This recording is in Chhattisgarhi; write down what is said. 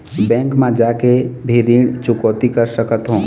बैंक मा जाके भी ऋण चुकौती कर सकथों?